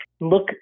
look